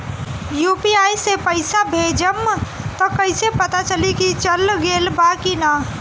UPI से पइसा भेजम त कइसे पता चलि की चल गेल बा की न?